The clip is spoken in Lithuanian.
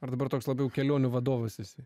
ar dabar toks labiau kelionių vadovas esi